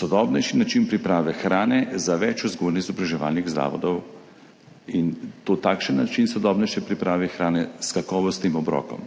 sodobnejši način priprave hrane za več vzgojno-izobraževalnih zavodov, in to takšen način sodobnejše priprave hrane s kakovostnim obrokom.